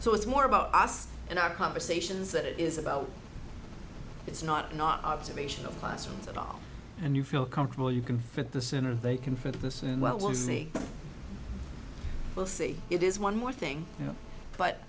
so it's more about us and our conversations that it is about it's not an observation of classrooms at all and you feel comfortable you can fit the sooner they can for this and well we'll see we'll see it is one more thing